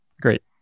Great